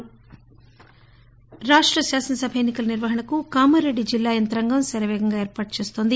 set ఎన్ని కలు రాష్ట శాసనసభ ఎన్ని కల నిర్వహణకు కామారెడ్డి జిల్లా యంత్రాంగం శరవేగంగా ఏర్పాటు చేస్తోంది